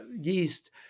yeast